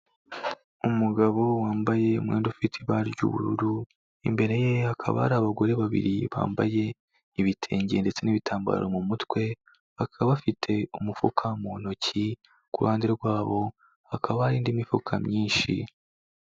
Umugabo wambaye umwenda ufite ibara ry'ubururu imbere ye hakaba ari abagore babiri bambaye ibitenge ndetse n'ibitambaro mu mutwe, bakaba bafite umufuka mu ntoki ku ruhande rwabo hakaba hari indi mifuka myinshi.